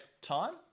Time